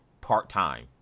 part-time